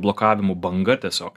blokavimų banga tiesiog